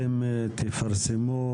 אתם תפרסמו